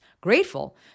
Grateful